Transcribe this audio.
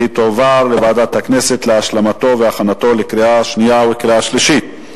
והיא תועבר לוועדת הכנסת להשלמה והכנה לקריאה שנייה ולקריאה שלישית.